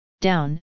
down